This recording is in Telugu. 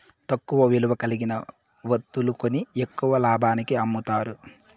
తక్కువ విలువ కలిగిన వత్తువులు కొని ఎక్కువ లాభానికి అమ్ముతారు